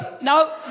no